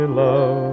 love